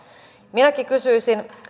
minäkin kysyisin